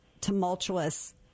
tumultuous